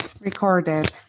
Recorded